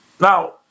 now